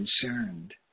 concerned